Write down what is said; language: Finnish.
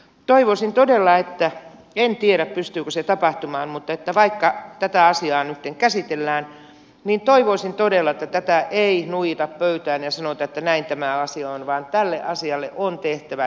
toivoisin todella en tiedä pystyykö se tapahtumaan vaikka tätä asiaa nyt käsitellään että tätä ei nuijita pöytään ja sanota että näin tämä asia on vaan tälle asialle on tehtävä jotakin